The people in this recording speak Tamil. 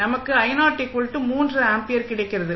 நமக்கு ஆம்பியர் கிடைக்கிறது